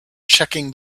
checking